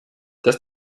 dass